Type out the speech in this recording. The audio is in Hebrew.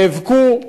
נאבקו,